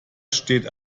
steht